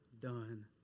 done